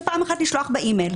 זה פעם אחת לשלוח באימייל.